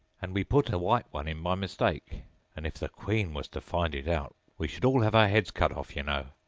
and we put a white one in by mistake and if the queen was to find it out, we should all have our heads cut off, you know.